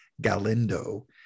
Galindo